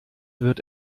wird